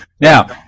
Now